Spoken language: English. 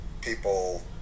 people